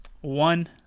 one